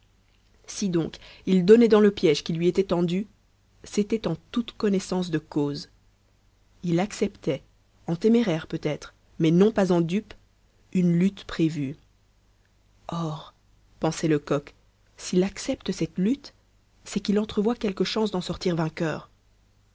si donc il donnait dans le piège qui lui était tendu c'était en toute connaissance de cause il acceptait en téméraire peut-être mais non pas en dupe une lutte prévue or pensait lecoq s'il accepte cette lutte c'est qu'il entrevoit quelque chance d'en sortir vainqueur